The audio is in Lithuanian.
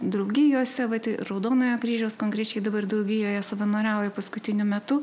draugijose vat raudonojo kryžiaus konkrečiai dabar draugijoje savanoriauju paskutiniu metu